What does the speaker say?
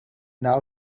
now